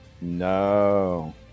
no